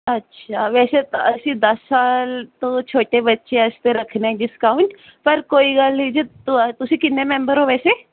ਅੱਛਾ ਵੈਸੇ ਅਸੀਂ ਦਸ ਸਾਲ ਤੋਂ ਛੋਟੇ ਬੱਚੇ ਵਾਸਤੇ ਰੱਖਣੇ ਡਿਸਕਾਊਂਟ ਪਰ ਕੋਈ ਗੱਲ ਨਹੀਂ ਜੇ ਤੁਸੀਂ ਕਿੰਨੇ ਮੈਂਬਰ ਹੋ ਵੈਸੇ